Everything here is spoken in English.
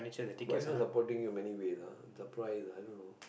why he so supporting you in many way ah I'm surprise ah i don't know